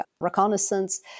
reconnaissance